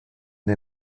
den